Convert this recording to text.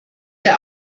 der